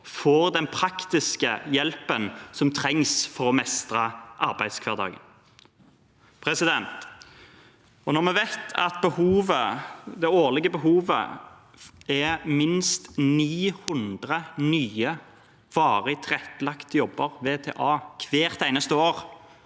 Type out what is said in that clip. får den praktiske hjelpen som trengs for å mestre arbeidshverdagen. Når vi vet at det årlige behovet er minst 900 nye varig tilrettelagte jobber – VTA – hvert eneste år,